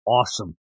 awesome